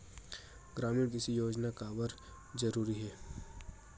ग्रामीण कृषि योजना काबर जरूरी हे?